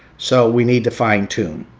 so we need to fine tune,